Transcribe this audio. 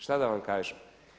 Šta da vam kažem?